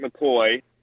McCoy